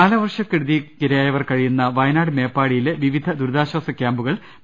കാലവർഷക്കെടുതിക്കിരയായവർ ്കഴിയുന്ന വയനാട് മേപ്പാടി യിലെ വിവിധ ദുരിതാശ്വാസ ക്യാമ്പുകൾ മന്ത്രി കെ